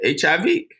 HIV